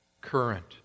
current